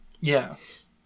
yes